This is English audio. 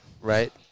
right